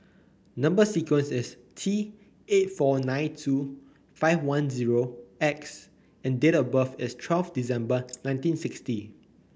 number sequence is T eight four nine two five one zero X and date of birth is twelfth December nineteen sixty